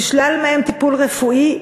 נשלל מהם טיפול רפואי,